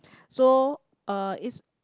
so uh it's